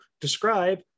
describe